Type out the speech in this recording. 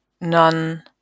none